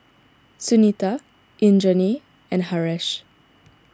Sunita Indranee and Haresh